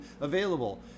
available